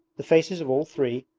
the faces of all three,